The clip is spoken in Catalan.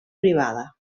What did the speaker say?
privada